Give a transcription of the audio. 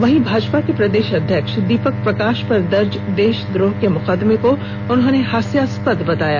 वहीं भाजपा के प्रदेश अध्यक्ष दीपक प्रकाश पर दर्ज हुए देशद्रोह के मुकदमे को उन्होंने हास्यास्पद बताया